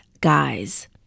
guys